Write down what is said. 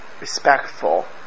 respectful